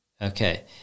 Okay